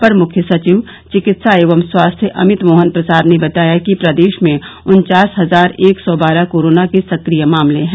अपर मुख्य सचिव चिकित्सा एवं स्वास्थ्य अमित मोहन प्रसाद ने बताया कि प्रदेश में उन्वास हजार एक सौ बारह कोरोना के सकिय मामले हैं